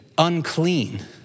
unclean